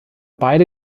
beide